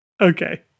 Okay